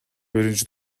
биринчи